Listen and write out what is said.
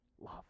love